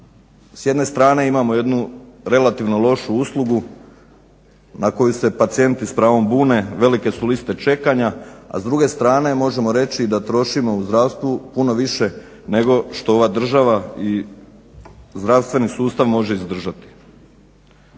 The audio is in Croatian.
S jedne strane imamo jednu relativno lošu uslugu na koju se pacijenti s pravom bune, velike su liste čekanja, a s druge strane možemo reći da trošimo u zdravstvu puno više nego što ova država i zdravstveni sustav može izdržati.